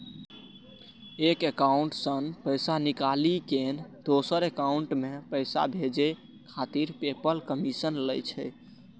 एक एकाउंट सं पैसा निकालि कें दोसर एकाउंट मे पैसा भेजै खातिर पेपल कमीशन लै छै